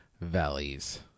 Valleys